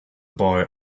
boy